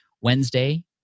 Wednesday